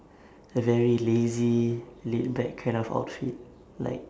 a very lazy laid-back kind of outfit like